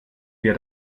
wir